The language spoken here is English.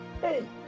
Hey